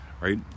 right